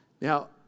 Now